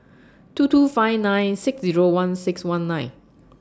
two two five nine six Zero one six one nine